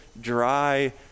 dry